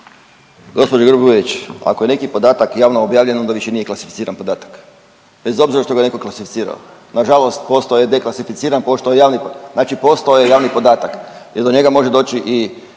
Gđo Grba-Bujević, ako je neki podatak javno objavljen, onda više nije klasificiran podatak bez obzira što ga je netko klasificirao. Nažalost postao je deklasificiran pošto je javni, znači postao je javni podatak i do njega može doći i